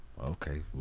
Okay